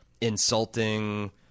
insulting